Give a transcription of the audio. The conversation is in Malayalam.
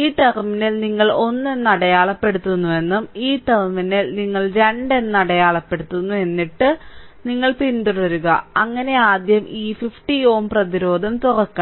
ഈ ടെർമിനൽ നിങ്ങൾ 1 എന്ന് അടയാളപ്പെടുത്തുന്നുവെന്നും ഈ ടെർമിനൽ നിങ്ങൾ 2 എന്ന് അടയാളപ്പെടുത്തുന്നു എന്നിട്ട് നിങ്ങൾ പിന്തുടരുക അങ്ങനെ ആദ്യം ഈ 50 Ω പ്രതിരോധം തുറക്കണം